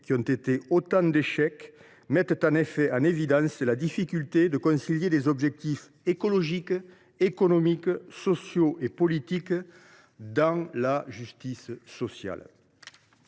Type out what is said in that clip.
qui ont été autant d’échecs mettent en effet en évidence la difficulté qu’il y a à concilier des objectifs écologiques, économiques, sociaux et politiques dans la justice sociale.